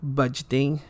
budgeting